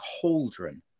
cauldron